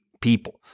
people